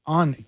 on